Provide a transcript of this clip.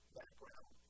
background